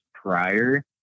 Prior